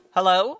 Hello